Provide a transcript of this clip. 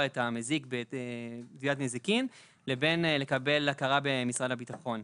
את המזיק בתביעת נזיקין לבין קבלת הכרה במשרד הביטחון.